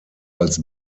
als